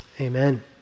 amen